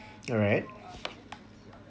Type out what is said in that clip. you're right